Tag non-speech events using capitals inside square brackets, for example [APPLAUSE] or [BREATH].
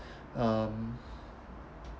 [BREATH] um